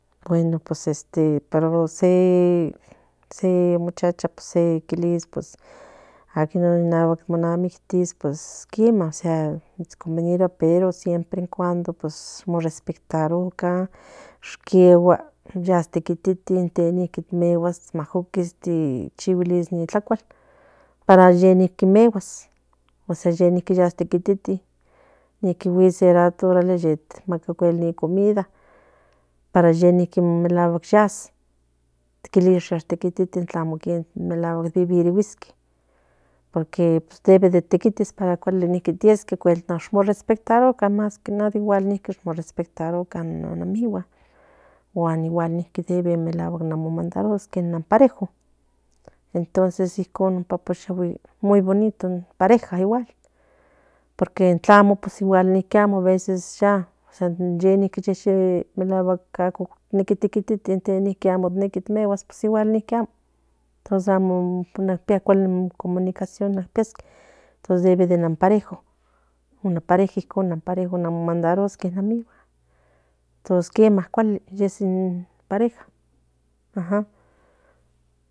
Bueno pues se muchacha se kiles pus aquí naguatl ni namiktis tus convinirua siempre cuando no respetarucan ishquegua yaa tetiquiti te chiguan ni tlacuas igual yas tetiquiti te se rato ye maca ni comida para yaas melacuatl como vivirisqui para cuali niqui tiesqui respetarucan más que náhuatl migan melaguack parejo entonces ikom muy bonito in pareja igual porque amo niqui amo ya ye niqui melacuatl ano tekitis pues amo ninqui amo parejo un pareja icon mandaruaske igual enotsbcuali in pareja